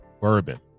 bourbon